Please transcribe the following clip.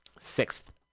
sixth